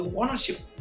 ownership